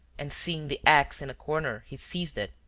and seeing the axe in corner he seized it,